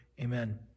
Amen